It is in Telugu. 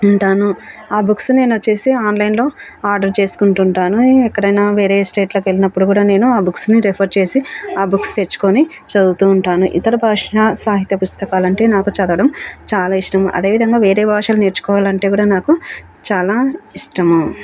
ఉంటాను ఆ బుక్స్ నేను వచ్చేసి ఆన్లైన్లో ఆర్డర్ చేసుకుంటుంటాను ఎక్కడైనా వేరే స్టేట్లోకి వెళ్ళినప్పుడు కూడా నేను ఆ బుక్స్ని రిఫర్ చేసి ఆ బుక్స్ తెచ్చుకుని చదువుతూ ఉంటాను ఇతర భాష సాహిత్య పుస్తకాలంటే నాకు చదవడం చాలా ఇష్టము అదేవిధంగా వేరే భాషలు నేర్చుకోవాలంటే కూడా నాకు చాలా ఇష్టము